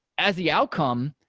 as the outcome,